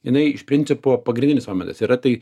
jinai iš principo pagrindinis mometas yra tai